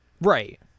Right